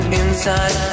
inside